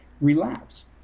relapse